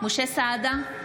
משה סעדה,